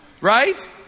right